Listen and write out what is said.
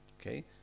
Okay